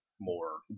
more